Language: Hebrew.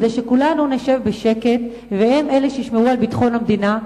כדי שכולנו נשב בשקט והם ישמרו על ביטחון המדינה,